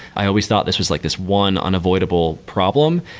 i always thought this was like this one unavoidable problem.